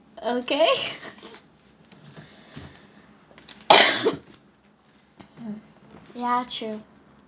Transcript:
okay ya true